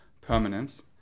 permanence